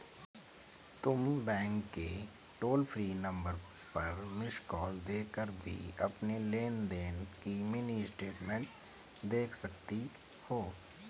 तुम बैंक के toll free number पर मिस्ड कॉल देकर भी अपनी लेन देन की मिनी स्टेटमेंट देख सकती हो